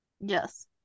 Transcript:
Yes